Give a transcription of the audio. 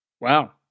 Wow